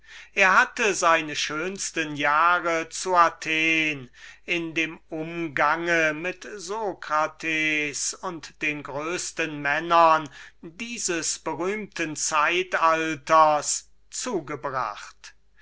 er hatte seine schönsten jahre zu athen in dem umgang mit socrates und den größesten männern dieses berühmten zeitalters zugebracht